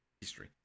history